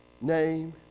name